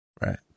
right